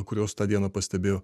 kuriuos tą dieną pastebėjo